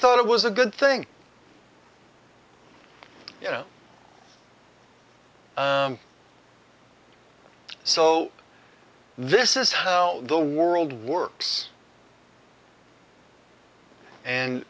thought it was a good thing you know so this is how the world works and